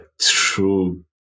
true